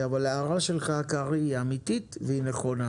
ההערה שלך, קרעי, היא אמיתית והיא נכונה.